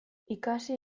ikasi